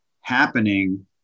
happening